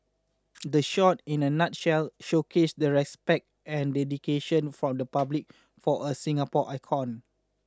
the shot in a nutshell showcased the respect and dedication from the public for a Singapore icon